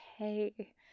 okay